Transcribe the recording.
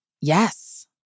yes